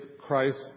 Christ